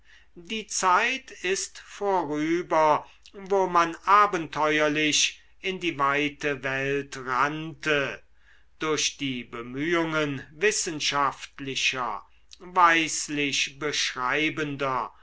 die zeit ist vorüber wo man abenteuerlich in die weite welt rannte durch die bemühungen wissenschaftlicher weislich beschreibender